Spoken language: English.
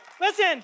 Listen